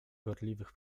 gorliwych